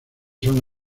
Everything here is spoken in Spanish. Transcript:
son